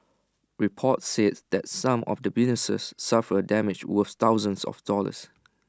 reports says that some of the businesses suffered damage worth thousands of dollars